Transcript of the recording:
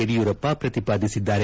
ಯಡಿಯೂರಪ್ಪ ಪ್ರತಿಪಾದಿಸಿದ್ದಾರೆ